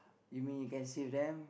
you mean you can save them